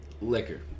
Liquor